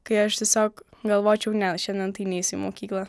kai aš tiesiog galvočiau ne šiandien tai neisiu į mokyklą